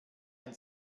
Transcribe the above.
ein